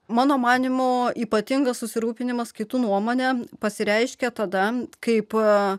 mano manymu ypatingas susirūpinimas kitų nuomone pasireiškia tada kai po